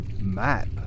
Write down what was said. map